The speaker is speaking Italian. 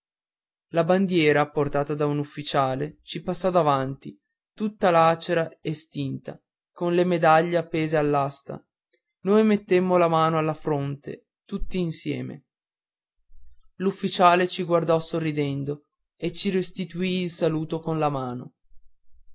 la bandiera portata da un ufficiale ci passò davanti tutta lacera e stinta con le medaglie appese all'asta noi mettemmo la mano alla fronte tutt'insieme l'ufficiale ci guardò sorridendo e ci restituì il saluto con la mano